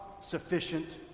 sufficient